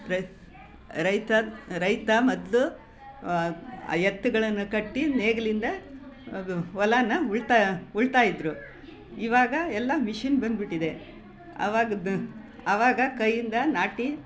ರೈ ರೈತ ರೈತ ಮೊದಲು ಎತ್ತುಗಳನ್ನು ಕಟ್ಟಿ ನೇಗಿಲಿಂದ ಹೊಲನ ಉಳ್ತಾ ಉಳ್ತಾಯಿದ್ದರು ಇವಾಗ ಎಲ್ಲ ಮಿಷಿನ್ ಬಂದ್ಬಿಟ್ಟಿದೆ ಆವಾಗದು ಅವಾಗ ಕೈಯ್ಯಿಂದ ನಾಟಿ